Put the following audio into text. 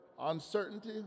uncertainty